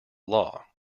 law